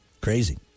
crazy